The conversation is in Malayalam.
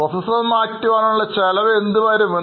പ്രോസസർ മാറ്റുവാനുള്ള ചെലവ് എന്ത് വരും